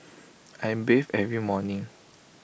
I bathe every morning